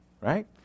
right